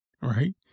right